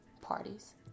parties